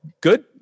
good